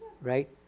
Right